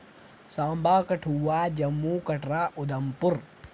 Samba Kathua Jammu Katra Udhampur